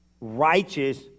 Righteous